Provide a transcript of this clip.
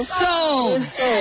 sold